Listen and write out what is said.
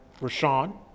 Rashawn